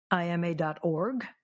IMA.org